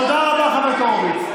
תודה רבה לך, חבר הכנסת הורוביץ.